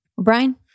Brian